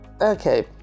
okay